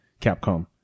Capcom